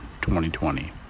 2020